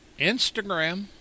Instagram